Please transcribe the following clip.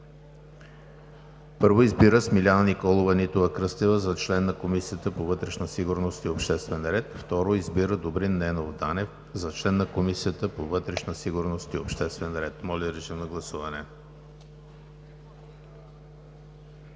1. Избира Смиляна Николова Нитова-Кръстева за член на Комисията по вътрешна сигурност и обществен ред. 2. Избира Добрин Ненов Данев за член на Комисията по вътрешна сигурност и обществен ред.“ Моля, режим на гласуване.